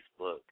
Facebook